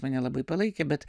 mane labai palaikė bet